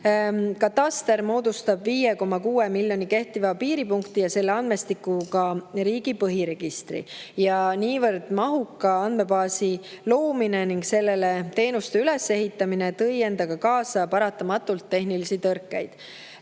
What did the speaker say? moodustab 5,6 miljoni kehtiva piiripunkti ja selle andmestikuga riigi põhiregistri ja niivõrd mahuka andmebaasi loomine ning teenuste sellele ülesehitamine tõi endaga paratamatult kaasa tehnilisi tõrkeid.